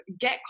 get